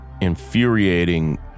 infuriating